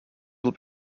will